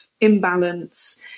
imbalance